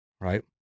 Right